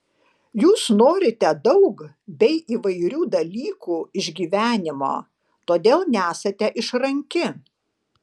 jūs norite daug bei įvairių dalykų iš gyvenimo todėl nesate išranki